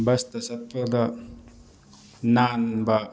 ꯕꯁꯇ ꯆꯠꯄꯗ ꯅꯥꯟꯕ